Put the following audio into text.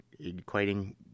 equating